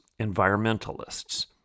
environmentalists